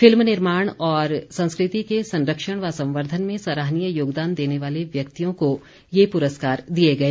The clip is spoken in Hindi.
फिल्म निर्माण और संस्कृति के संरक्षण व संवर्द्वन में सराहनीय योगदान देने वाले व्यक्तियों को ये पुरस्कार दिए गए